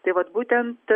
tai vat būtent